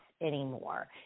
anymore